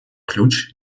ключ